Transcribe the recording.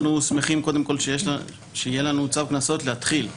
אנחנו שמחים שיהיה לנו צו קנסות להתחיל איתו,